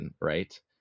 Right